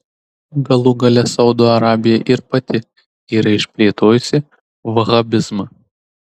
galų gale saudo arabija ir pati yra išplėtojusi vahabizmą